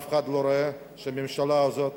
אף אחד לא רואה שהממשלה הזאת